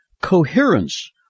Coherence